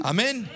Amen